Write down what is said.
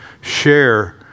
share